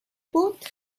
both